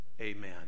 Amen